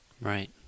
Right